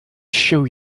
show